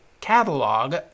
Catalog